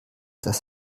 das